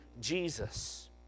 Jesus